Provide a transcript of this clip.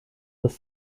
des